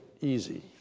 easy